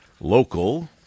local